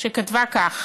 והיא כתבה כך: